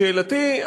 שאלתי,